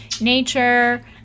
nature